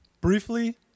Briefly